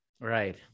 Right